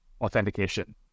authentication